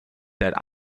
that